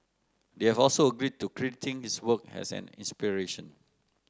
they have also agreed to crediting his work as an inspiration